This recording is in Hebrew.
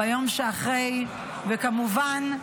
ביום שאחרי, וכמובן,